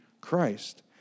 Christ